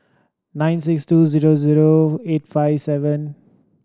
nine six two zero zero eight five seven